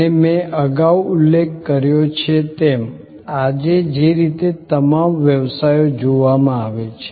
અને મેં અગાઉ ઉલ્લેખ કર્યો છે તેમ આજે જે રીતે તમામ વ્યવસાયો જોવામાં આવે છે